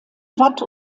wat